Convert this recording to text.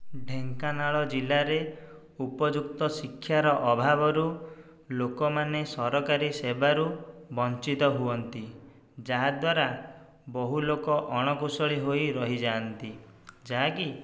ଢେଙ୍କାନାଳ ଜିଲ୍ଲାରେ ଉପଯୁକ୍ତ ଶିକ୍ଷାର ଅଭାବରୁ ଲୋକମାନେ ସରକାରୀ ସେବାରୁ ବଞ୍ଚିତ ହୁଅନ୍ତି ଯାହାଦ୍ୱାରା ବହୁ ଲୋକ ଅଣ କୁଶଳୀ ହୋଇ ରହିଯାନ୍ତି ଯାହାକି